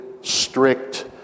strict